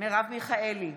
מרב מיכאלי,